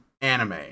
anime